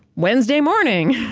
wednesday morning.